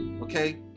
Okay